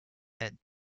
and